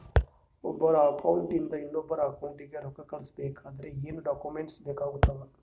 ಒಬ್ಬರ ಅಕೌಂಟ್ ಇಂದ ಇನ್ನೊಬ್ಬರ ಅಕೌಂಟಿಗೆ ರೊಕ್ಕ ಕಳಿಸಬೇಕಾದ್ರೆ ಏನೇನ್ ಡಾಕ್ಯೂಮೆಂಟ್ಸ್ ಬೇಕಾಗುತ್ತಾವ?